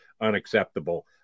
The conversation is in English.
unacceptable